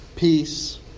peace